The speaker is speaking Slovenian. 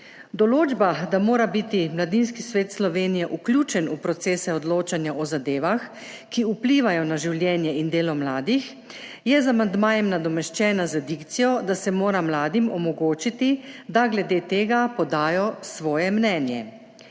Določba, da mora biti Mladinski svet Slovenije vključen v procese odločanja o zadevah, ki vplivajo na življenje in delo mladih, je z amandmajem nadomeščena z dikcijo, da se mora mladim omogočiti, da glede tega podajo svoje mnenje.